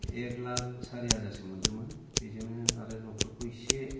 एक लाख सारि हाजारसो मोनदोंमोन बेजोंनो आरो न'खरखौ इसे